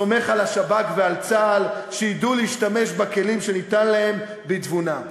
סומך על השב"כ ועל צה"ל שידעו להשתמש בכלים שניתנו להם בתבונה.